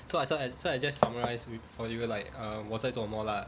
so I so I so I just summarize for you like a um 我在做什么 lah